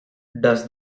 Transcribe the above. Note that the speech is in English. does